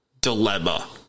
dilemma